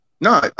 No